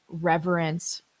reverence